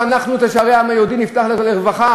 ואנחנו את שערי העם היהודי נפתח לרווחה?